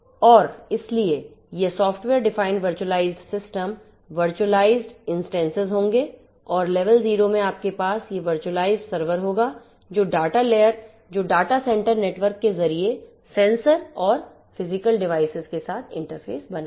और इसलिए ये software defined virtualized system virtualized instances होंगे और लेवल 0 में आपके पास ये वर्चुअलाइज्ड सर्वर होगा जो डाटा सेंटर नेटवर्क के जरिए सेंसर और फिजिकल डिवाइसेस के साथ इंटरफेस बनाएगा